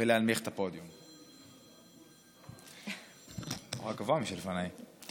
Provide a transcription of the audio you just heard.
ולהנמיך את הפודיום, נורא גבוה מי שלפניי.